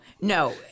No